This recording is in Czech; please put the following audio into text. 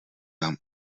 vám